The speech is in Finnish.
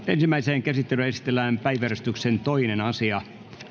ensimmäiseen käsittelyyn esitellään päiväjärjestyksen toinen asia